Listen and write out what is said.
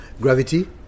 Gravity